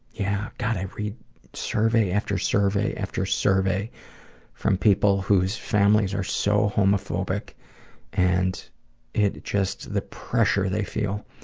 yeah. god, i read survey after survey after survey from people whose families are so homophobic and it just the pressure they feel.